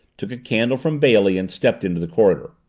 took a candle from bailey and stepped into the corridor.